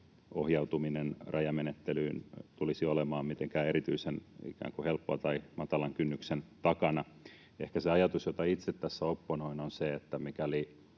ohjautuminen rajamenettelyyn tulisi olemaan mitenkään erityisen helppoa tai matalan kynnyksen takana. Ehkä se ajatus, jota itse tässä opponoin, on se, että